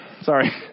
Sorry